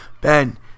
Ben